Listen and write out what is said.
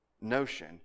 notion